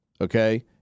okay